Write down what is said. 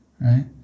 right